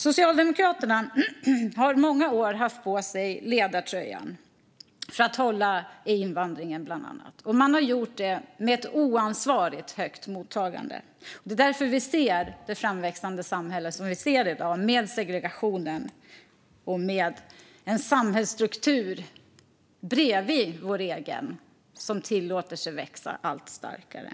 Socialdemokraterna har i många år haft på sig ledartröjan för att hålla i bland annat invandringen, och man har gjort detta med ett oansvarigt stort mottagande. Det är därför vi i dag ser ett framväxande samhälle med segregation och med en samhällsstruktur bredvid vår egen som tillåts växa sig allt starkare.